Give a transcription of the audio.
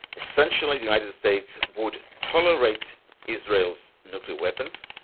essentially the united states would tolerate israel's nuclear weapons,